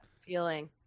feeling